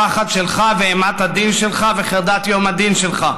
הפחד שלך ואימת הדין שלך וחרדת יום הדין שלך.